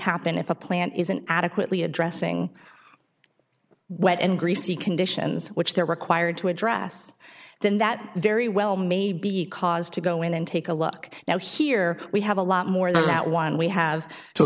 happen if a plant is an adequately addressing wet and greasy conditions which they're required to address then that very well may be cause to go in and take a look now here we have a lot more that one we have so